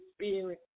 Spirit